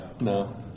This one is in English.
No